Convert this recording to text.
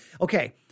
Okay